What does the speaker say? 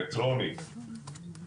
מטרוניקס,